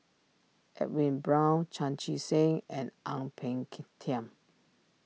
Edwin Brown Chan Chee Seng and Ang Peng Tiam